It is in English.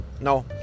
No